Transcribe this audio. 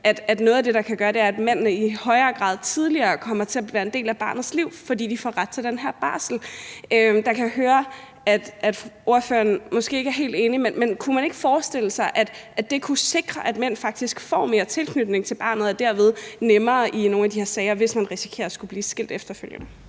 at noget af det, man kan gøre, er at få mændene til i højere grad tidligt at være en del af barnets liv, fordi de får ret til den her barsel. Jeg kan høre, at ordføreren måske ikke er helt enig, men kunne man ikke forestille sig, at det kunne sikre, at mænd faktisk fik mere tilknytning til barnet og dermed ville stå bedre i nogle af de her sager, hvis man skulle blive skilt efterfølgende?